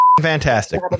fantastic